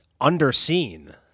underseen